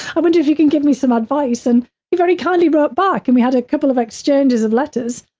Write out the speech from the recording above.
i wonder if you can give me some advice. and he very kindly wrote back and we had a couple of exchanges of letters,